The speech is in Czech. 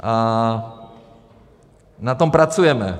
A na tom pracujeme.